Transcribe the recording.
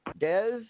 Dez